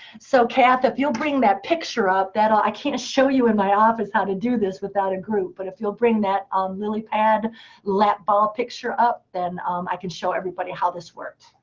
so cath, if you'll bring that picture up. i can't show you in my office how to do this without a group. but if you'll bring that um lily pad lap ball picture up, then um i can show everybody how this works.